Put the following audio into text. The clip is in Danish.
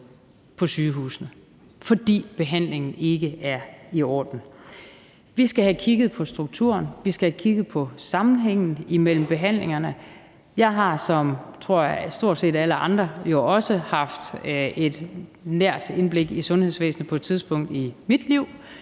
på sygehusene, fordi behandlingen ikke er i orden. Vi skal have kigget på strukturen; vi skal have kigget på sammenhængen mellem behandlingerne. Jeg har ligesom stort set alle andre, tror jeg, jo også haft et nært indblik i sundhedsvæsenet på et tidspunkt i mit liv,